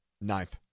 Ninth